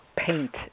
paint